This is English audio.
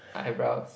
my eyebrows